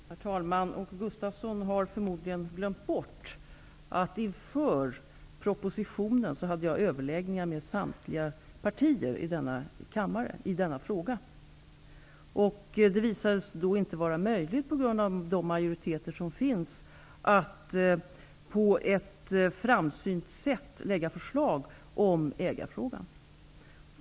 Herr talman! Åke Gustavsson har förmodligen glömt bort att jag innan propositionen lades fram hade överläggningar med samtliga partier i denna kammare. Det visade sig inte vara möjligt på grund av de majoriteter som finns att på ett framsynt sätt lägga fram förslag om ägarfrågan.